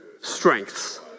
strengths